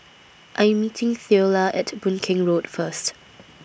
I Am meeting Theola At Boon Keng Road First